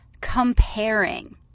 comparing